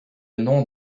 nom